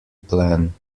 plan